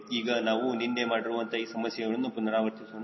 ಈಗ ನಾವು ನಿನ್ನೆ ಮಾಡಿರುವಂತಹ ಆ ಸಮಸ್ಯೆಯನ್ನು ಪುನರಾವರ್ತಿಸೋಣ